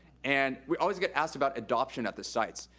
and we always get asked about adoption at the sites.